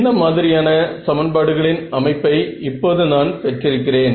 என்ன மாதிரியான சமன்பாடுகளின் அமைப்பை இப்போது நான் பெற்றிருக்கிறேன்